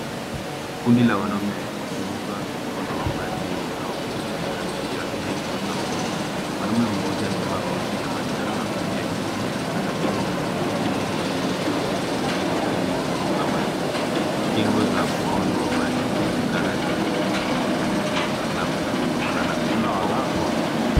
Kundi la wanaume wakivuka mkondo wa maji unaopita katikati ya kingo za udongo. Mwanaume mmoja amevaa koti ya manjano na kofia nyeupe anabebwa mgongoni na mwanaume mwingine ili kuvuka maji. Kingo za mkondo wa maji zinaonekana zimeharibika labda kutokana na mmomonyoko wa udongo.